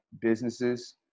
businesses